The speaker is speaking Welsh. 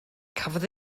cafodd